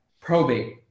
probate